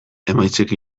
emaitzek